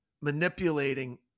manipulating